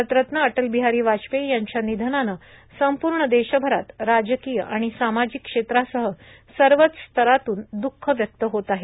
भारतरत्न अटल बिहारी वाजपेयी यांच्या निधनानं संपूर्ण देशभरात राजकीय आणि सामाजिक क्षेत्रासह सर्वच स्तरातून दुःख व्यक्त होत आहे